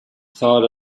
thought